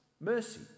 mercy